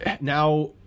now